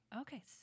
Okay